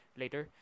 later